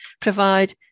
provide